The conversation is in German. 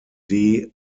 des